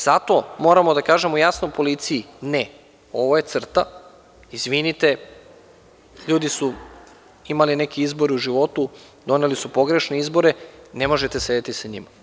Zato moramo da kažemo jasno policiji, ne, ovo je crta, izvinite, ljudi su imali neki izbor u životu, doneli su pogrešan izbor, ne možete sedeti sa njima.